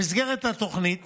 במסגרת התוכנית